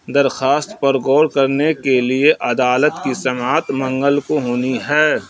درخواست پر غور کرنے کے لیے عدالت کی سماعت منگل کو ہونی ہے